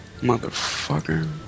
Motherfucker